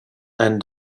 and